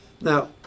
Now